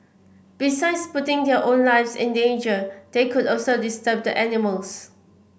besides putting their own lives in danger they could also disturb the animals